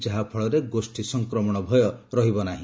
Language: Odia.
ଯାହାଫଳରେ ଗୋଷ୍ଠୀ ସଂକ୍ମଣ ଭୟ ରହିବ ନାର୍ହି